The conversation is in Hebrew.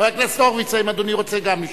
חבר הכנסת הורוביץ, האם אדוני רוצה גם לשאול?